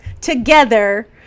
together